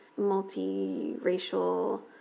multi-racial